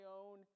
own